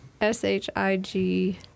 S-H-I-G